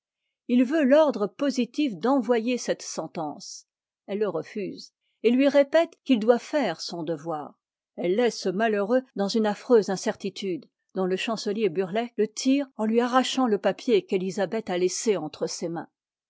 il veut l'ordre positif d'envoyer cette sentence elle le refuse et lui répète qu'il doit faire son devoir elle laisse ce malheureux dans une affreuse incertitude dont lé chancelier burteigh te tire en tui arrachant le papier qu'elisabeth a laissé entre ses mains